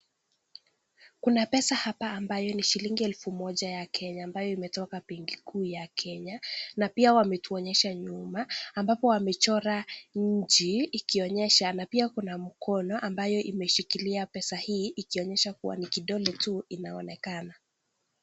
Kuna pesa hapa ambayo ni shilingi elfu moja ya Kenya ambayo imetoka benki kuu ya Kenya na pia wametuonyesha nyuma ambapo wamechora nchi ikionyesha na pia kuna mkono ambayo imeshikilia pesa hii ikionyesha kuwa ni kidole tu inaonekana.